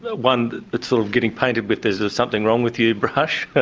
but one, it's sort of getting painted with there's a something-wrong-with-you brush,